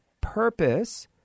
purpose